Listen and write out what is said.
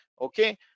okay